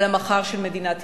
על המחר של מדינת ישראל,